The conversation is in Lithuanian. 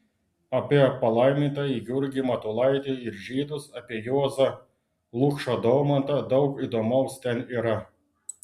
apie palaimintąjį jurgį matulaitį ir žydus apie juozą lukšą daumantą daug įdomaus ten yra